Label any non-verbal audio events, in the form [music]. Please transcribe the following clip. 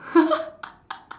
[laughs]